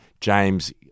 James